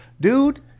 Dude